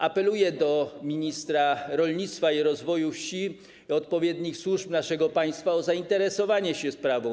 Apeluję do ministra rolnictwa i rozwoju wsi oraz odpowiednich służb naszego państwa o zainteresowanie się sprawą.